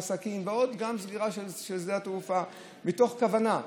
עסקים וגם סגירה של שדה התעופה מתוך כוונה,